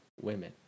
women